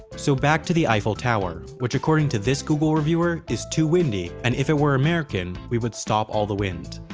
so back to the eiffel tower which according to this google reviewer is too windy, and if it were american we would stop all the wind.